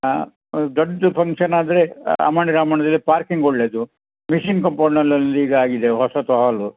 ದೊಡ್ಡದು ಫಂಕ್ಷನ್ನಾದರೆ ಅಮಣಿ ರಾಮಣ್ಣದಿದೆ ಪಾರ್ಕಿಂಗ್ ಒಳ್ಳೆಯದು ಮಿಷಿನ್ ಕಂಪೌಂಡ್ನಲ್ಲಿ ಅಲ್ಲಿ ಈಗ ಆಗಿದೆ ಹೊಸದು ಹಾಲು